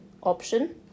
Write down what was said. option